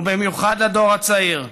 ובמיוחד לדור הצעיר.